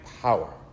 power